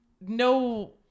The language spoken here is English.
No